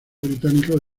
británicos